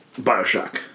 Bioshock